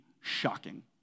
shocking